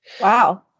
Wow